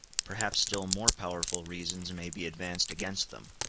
perhaps still more powerful reasons may be advanced against them.